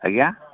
ଆଜ୍ଞା